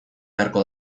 beharko